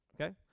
okay